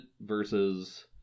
versus